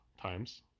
times